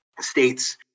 states